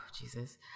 Jesus